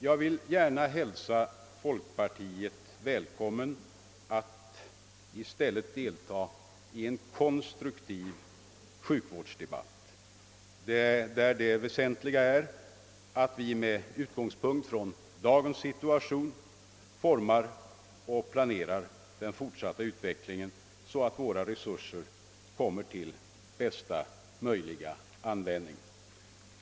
Jag vill gärna hälsa folkpartiet välkommet att i stället deltaga i en konstruktiv sjukvårdsdebatt, där det väsentliga är att med utgångspunkt från dagens situation forma och planera den fortsatta utvecklingen så att resurserna kommer till bästa möjliga användning.